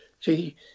See